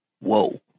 Whoa